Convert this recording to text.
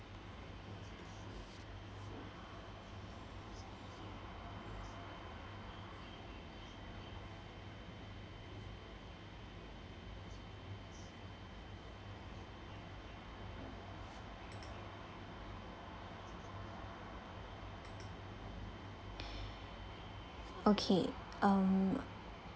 okay um